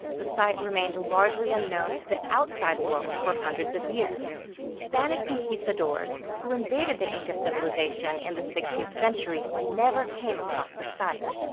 the site remained largely unknown to the outside world for hundreds of years. spanish conquistadors who invaded the inca civilization in the sixteenth century never came across the site.